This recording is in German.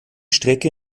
strecke